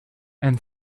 and